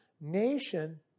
nation